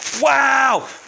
Wow